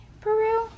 Peru